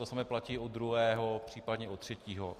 To samé platí u druhého, případně u třetího.